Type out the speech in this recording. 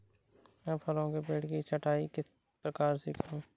मैं फलों के पेड़ की छटाई किस प्रकार से करूं?